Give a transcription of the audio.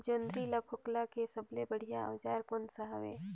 जोंदरी ला फोकला के सबले बढ़िया औजार कोन सा हवे?